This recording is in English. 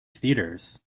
theatres